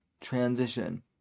transition